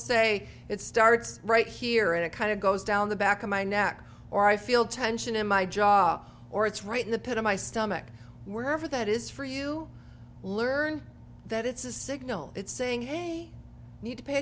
say it starts right here and it kind of goes down the back of my neck or i feel tension in my jaw or it's right in the pit of my stomach were never that is for you learn that it's a signal it's saying hey i need to pay